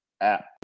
app